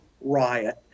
riot